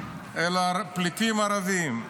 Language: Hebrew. אלא לפליטים ערבים.